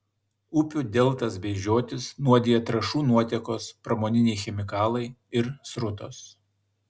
upių deltas bei žiotis nuodija trąšų nuotėkos pramoniniai chemikalai ir srutos